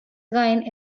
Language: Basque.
gain